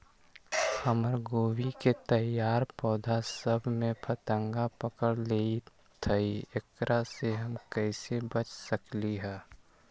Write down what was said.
हमर गोभी के तैयार पौधा सब में फतंगा पकड़ लेई थई एकरा से हम कईसे बच सकली है?